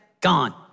gone